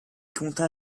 conta